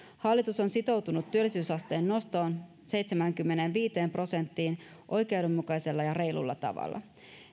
hallitus on sitoutunut työllisyysasteen nostoon seitsemäänkymmeneenviiteen prosenttiin oikeudenmukaisella ja reilulla tavalla